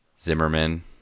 Zimmerman